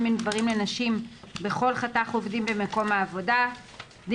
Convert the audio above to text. בין גברים לנשים בכל חתך עובדים במקום העבודה (בסעיף זה,